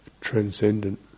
transcendent